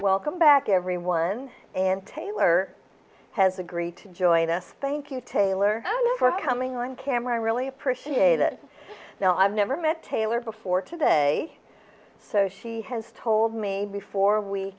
welcome back everyone and taylor has agreed to join us thank you taylor for coming on camera i really appreciate it now i've never met taylor before today so she has told me before we